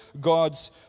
God's